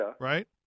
Right